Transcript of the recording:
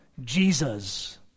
Jesus